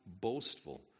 boastful